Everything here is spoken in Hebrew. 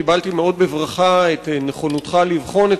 קיבלתי מאוד בברכה את נכונותך לבחון את